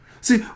See